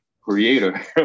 creator